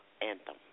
Anthem